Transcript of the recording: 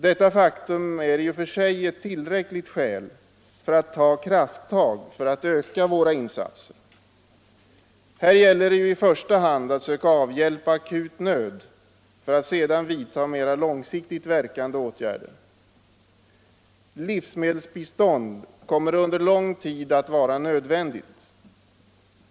Detta faktum är i och för sig ett tillräckligt skäl för att ta krafttag för att öka våra insatser. Här gäller det ju i första hand att söka avhjälpa akut nöd för att sedan vidta mera långsiktigt verkande åtgärder. Livsmedelsbistånd kommer under lång tid att vara nödvändigt.